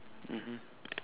mmhmm